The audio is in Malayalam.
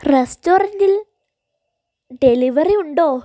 റെസ്റ്റോറൻറ്റിൽ ഡെലിവറി ഉണ്ടോ